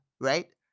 right